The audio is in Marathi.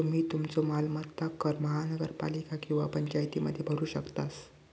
तुम्ही तुमचो मालमत्ता कर महानगरपालिका किंवा पंचायतीमध्ये भरू शकतास